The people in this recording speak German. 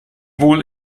wohl